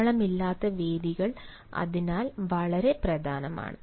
ബഹളമില്ലാത്ത വേദികൾ അതിനാൽ വളരെ പ്രധാനമാണ്